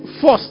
first